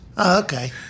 okay